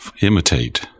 imitate